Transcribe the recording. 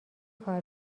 کار